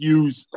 use